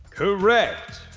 correct!